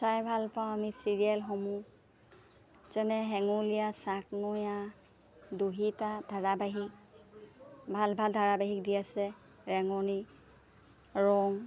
চাই ভাল পাওঁ আমি চিৰিয়েলসমূহ যেনে হেঙুলীয়া চাকনৈয়া দুহিতা ধাৰাবাহিক ভাল ভাল ধাৰাবাহিক দি আছে ৰেঙনি ৰং